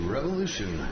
Revolution